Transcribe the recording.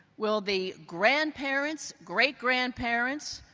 will the grandparents, great-grandparents,